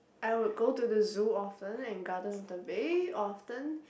I would go to the zoo often and Gardens by the Bay often